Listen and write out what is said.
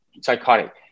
psychotic